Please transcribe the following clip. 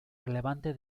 relevante